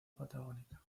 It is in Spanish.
patagónica